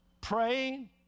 Praying